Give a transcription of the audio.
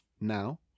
now